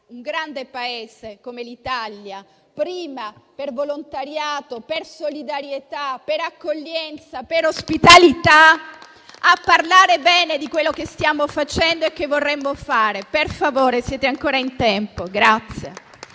un grande Paese come l'Italia - primo per volontariato, per solidarietà, per accoglienza, per ospitalità - a parlare bene di quello che stiamo facendo e che vorremmo fare. Per favore, siete ancora in tempo.